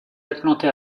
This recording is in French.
implanté